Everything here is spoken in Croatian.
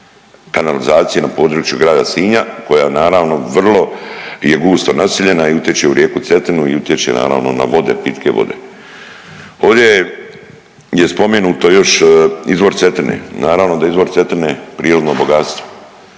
kanalizacije na području grada Sinja koja naravno vrlo je gusto naseljena i utječe u rijeku Cetinu i utječe naravno na vode, pitke vode. Ovdje je, je spomenuto još izvor Cetine, naravno da je izvor Cetine prirodno bogatstvo